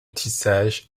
tissage